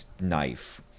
knife